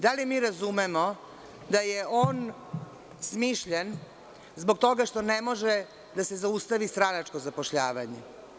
Da li razumemo da je on smišljen zbog toga što ne može da se zaustavi stranačko zapošljavanje?